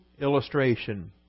illustration